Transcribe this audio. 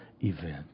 event